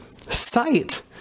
sight